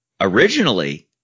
Originally